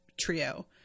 trio